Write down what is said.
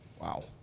Wow